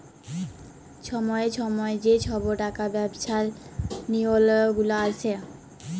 ছময়ে ছময়ে যে ছব টাকা ব্যবছার লিওল গুলা আসে